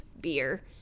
beer